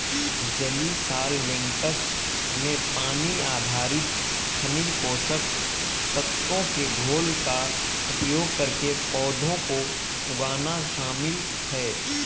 जलीय सॉल्वैंट्स में पानी आधारित खनिज पोषक तत्वों के घोल का उपयोग करके पौधों को उगाना शामिल है